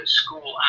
school